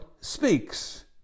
speaks